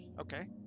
Okay